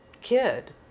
kid